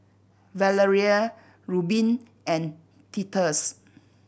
Valeria Reubin and Titus